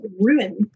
Ruin